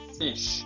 fish